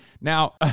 now